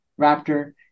Raptor